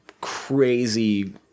crazy